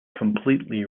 completely